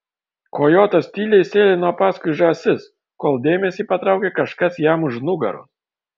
kojotas tyliai sėlino paskui žąsis kol dėmesį patraukė kažkas jam už nugaros